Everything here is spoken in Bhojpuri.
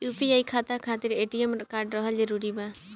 यू.पी.आई खाता खातिर ए.टी.एम कार्ड रहल जरूरी बा?